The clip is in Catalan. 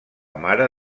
mare